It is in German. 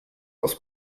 aus